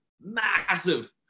massive